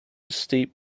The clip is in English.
steep